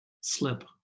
slip